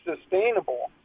sustainable